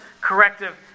corrective